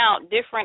different